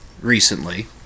recently